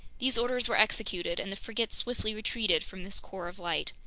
these orders were executed, and the frigate swiftly retreated from this core of light.